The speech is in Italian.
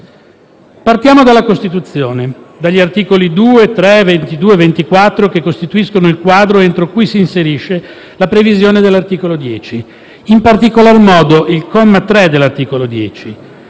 Partiamo dalla Costituzione, dagli articoli 2, 3, 22, 24, che costituiscono il quadro entro cui si inserisce la previsione dell'articolo 10, in particolar modo il comma 3 dell'articolo 10: